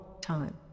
time